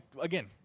again